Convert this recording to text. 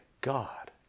God